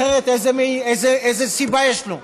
אחרת איזו סיבה יש לו?